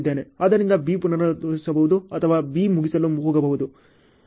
ಆದ್ದರಿಂದ B ಪುನರಾವರ್ತಿಸಬಹುದು ಅಥವಾ B ಮುಗಿಸಲು ಹೋಗಬಹುದು